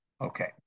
Okay